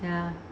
ya